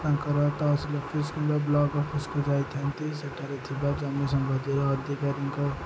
ତାଙ୍କର tehsil office block ଅଫିସ୍କୁ ଯାଇଥାନ୍ତି ସେଠାରେ ଥିବା ଜନ୍ମ ସମ୍ବନ୍ଧୀୟ ଅଧିକାରୀଙ୍କ